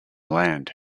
land